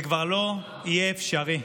זה כבר לא יהיה אפשרי.